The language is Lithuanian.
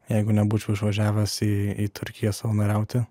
jeigu nebūčiau išvažiavęs į į turkiją savanoriauti